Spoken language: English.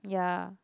ya